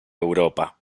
europa